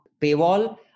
paywall